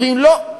אומרים: לא,